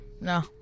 No